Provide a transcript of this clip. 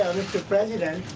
president,